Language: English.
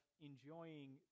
enjoying